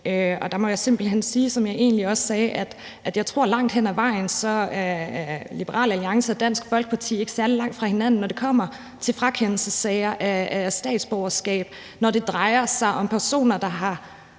Der må jeg simpelt hen sige, som jeg egentlig også sagde, at jeg langt hen ad vejen tror, at Liberal Alliance og Dansk Folkeparti ikke er særlig langt fra hinanden, når det kommer til frakendelsessager af statsborgerskab, når det drejer sig om personer, der har